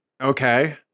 Okay